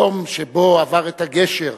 היום שבו עבר את הגשר